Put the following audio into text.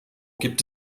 gibt